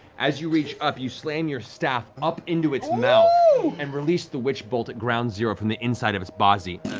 as you reach up, you slam your staff up into its mouth and release the witch bolt at ground zero from the inside of its body.